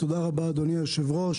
תודה רבה אדוני היושב-ראש.